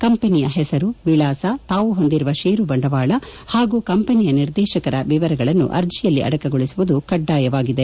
ಕಂಪನಿಯ ಹೆಸರು ವಿಳಾಸ ತಾವು ಹೊಂದಿರುವ ಷೇರು ಬಂಡವಾಳ ಹಾಗೂ ಕಂಪನಿಯ ನಿರ್ದೇಶಕರ ವಿವರಗಳನ್ನು ಅರ್ಜಿಯಲ್ಲಿ ಅಡಕಗೊಳಸುವುದು ಕಡ್ಡಾಯವಾಗಿದೆ